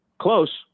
Close